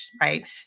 right